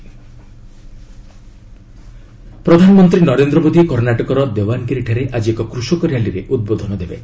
PM rally ପ୍ରଧାନମନ୍ତ୍ରୀ ନରେନ୍ଦ୍ର ମୋଦି କର୍ଣ୍ଣାଟକର ଦେବାନ୍ଗିରିଠାରେ ଆଜି ଏକ କୃଷକ ର୍ୟାଲିରେ ଉଦ୍ବୋଧନ ଦେବେ